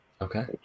okay